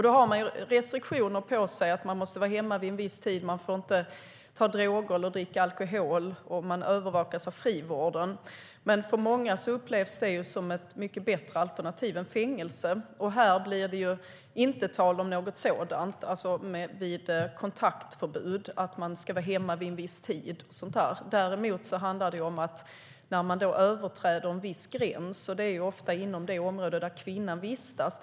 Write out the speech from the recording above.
Då har man restriktioner på sig att man måste vara hemma vid en viss tid, man får inte ta droger eller dricka alkohol och man övervakas av frivården. Många upplever ju detta som ett mycket bättre alternativ än fängelse. Vid kontaktförbud blir det inte tal om att vara hemma vid en viss tid eller något sådant. Däremot handlar det om att inte överträda en viss gräns, och det är ofta inom det område där kvinnan vistas.